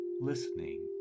listening